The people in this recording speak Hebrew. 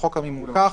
לחוק המימון כך: